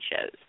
shows